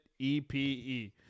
epe